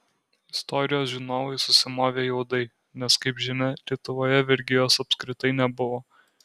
istorijos žinovai susimovė juodai nes kaip žinia lietuvoje vergijos apskritai nebuvo